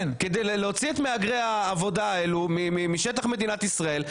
כדי להוציא את מהגרי העבודה האלו משטח מדינת ישראל,